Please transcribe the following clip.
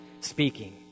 speaking